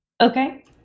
Okay